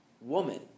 woman